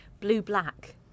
blue-black